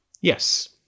Yes